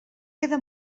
queda